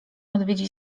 odwiedzić